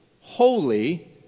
holy